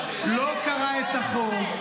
לא קרא את החוק,